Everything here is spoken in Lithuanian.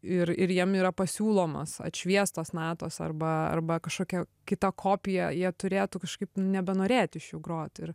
ir ir jiem yra pasiūlomos atšviestos natos arba arba kažkokia kita kopija jie turėtų kažkaip nebenorėt iš jų grot ir